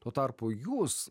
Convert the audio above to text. tuo tarpu jūs